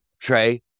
Trey